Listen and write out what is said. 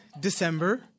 December